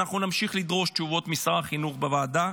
נמשיך לדרוש תשובות משר החינוך בוועדה.